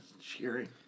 cheering